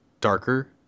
darker